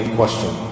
question